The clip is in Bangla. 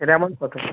এটার অ্যামাউন্ট কতো